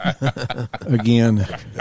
again